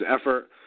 effort